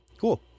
Cool